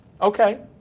Okay